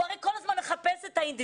הוא הרי כל הזמן מחפש את האינדיבידואל,